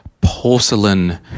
porcelain